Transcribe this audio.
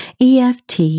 EFT